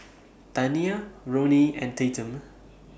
Taniyah Ronnie and Tatum